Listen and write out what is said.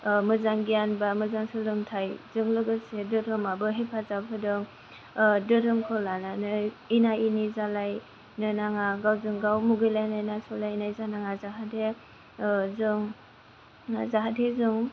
मोजां गियान बा मोजां सोलोंथाइजों लोगोसे धोरोमाबो हेफाजाब होदों धोरोमखौ लानानै एना एनि जालायनो नाङा गावजों गाव मुगै लायनो नासय लायनाय जानाङा जाहाथे जों जाहाथे जों